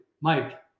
Mike